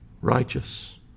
Righteous